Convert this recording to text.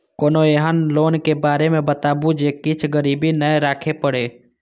कोनो एहन लोन के बारे मे बताबु जे मे किछ गीरबी नय राखे परे?